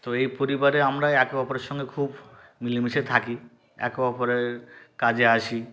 তো এই পরিবারে আমরা একে অপরের সঙ্গে খুব মিলেমিশে থাকি একে অপরের কাজে আসি